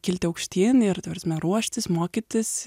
kilti aukštyn ir ta prasme ruoštis mokytis